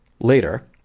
Later